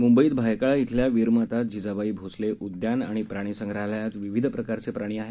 म्ंबईत भायखळा इथल्या वीरमाता जिजाबाई भोसले उद्यान आणि प्राणीसंग्रहालयात विविध प्रकारचे प्राणी आहेत